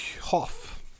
Hoff